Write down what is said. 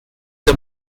the